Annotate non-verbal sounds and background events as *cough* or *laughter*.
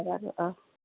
*unintelligible* অঁ